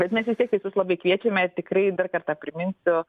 bet mes vistiek visus labai kviečiame ir tikrai dar kartą priminsiu